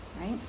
right